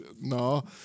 no